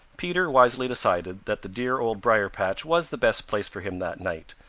peter wisely decided that the dear old briar-patch was the best place for him that night,